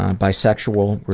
bisexual,